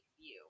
view